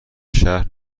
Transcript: شهر